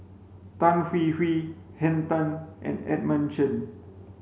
Tan Hwee Hwee Henn Tan and Edmund Chen